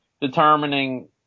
determining